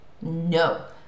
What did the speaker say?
No